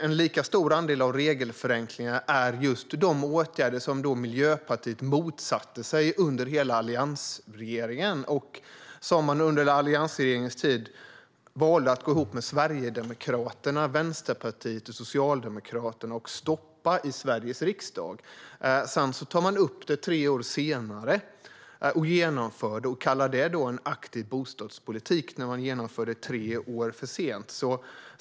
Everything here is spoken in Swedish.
En lika stor andel av regelförenklingarna är just de åtgärder som Miljöpartiet motsatte sig under hela alliansregeringens tid, då man valde att gå ihop med Sverigedemokraterna, Vänsterpartiet och Socialdemokraterna för att stoppa detta i Sveriges riksdag. Sedan tar man upp dem tre år senare och genomför dem och kallar det en aktiv bostadspolitik. Man genomför dem alltså tre år för sent.